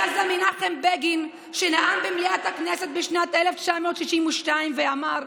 היה זה מנחם בגין שנאם במליאת הכנסת בשנת 1962 ואמר: